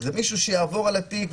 זה מישהו שיעבור על התיק,